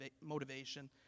motivation